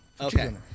Okay